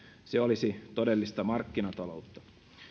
se olisi todellista markkinata loutta